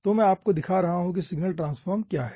तो मैं आपको दिखा रहा हूँ कि सिग्नल ट्रांसफॉर्म क्या है